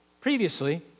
previously